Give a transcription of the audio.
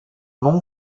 nom